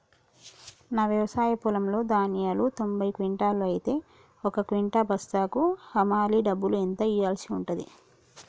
నా వ్యవసాయ పొలంలో ధాన్యాలు తొంభై క్వింటాలు అయితే ఒక క్వింటా బస్తాకు హమాలీ డబ్బులు ఎంత ఇయ్యాల్సి ఉంటది?